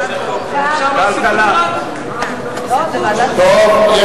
שבעה נגד, אין נמנעים.